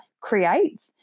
creates